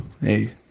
Hey